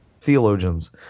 theologians